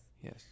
Yes